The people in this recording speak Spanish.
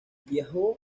viajó